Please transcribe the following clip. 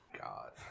God